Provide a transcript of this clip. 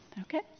Okay